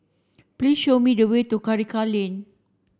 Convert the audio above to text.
please show me the way to Karikal Lane